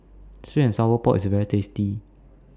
Sweet and Sour Pork IS very tasty